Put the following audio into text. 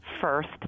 first